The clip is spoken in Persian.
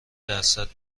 درصد